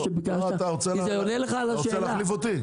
אתה רוצה להחליף אותי?